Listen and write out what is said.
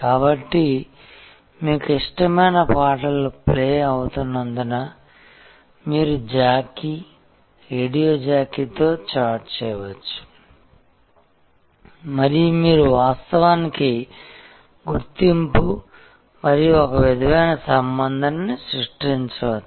కాబట్టి మీకు ఇష్టమైన పాటలు ప్లే అవుతున్నందున మీరు జాకీ రేడియో జాకీతో చాట్ చేయవచ్చు మరియు మీరు వాస్తవానికి గుర్తింపు మరియు ఒక విధమైన సంబంధాన్ని సృష్టించవచ్చు